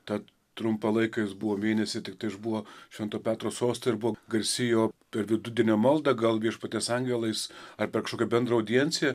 tą trumpą laiką jis buvo mėnesį tiktai išbuvo švento petro sostą ir buvo garsi jo per vidudienio maldą gal viešpaties angelais ar per kažkokią bendrą audienciją